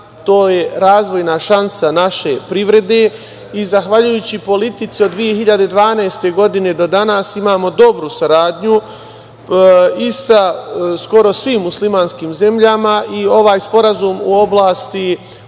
to je razvojna šansa naše privrede. Zahvaljujući politici od 2012. godine do danas, imamo dobru saradnju sa skoro svim muslimanskim zemljama. Ovaj sporazum u oblasti